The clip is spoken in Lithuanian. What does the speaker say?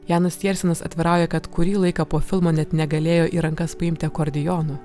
janas tiersenas atvirauja kad kurį laiką po filmo net negalėjo į rankas paimti akordeono